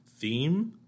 theme